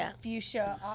fuchsia